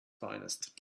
finest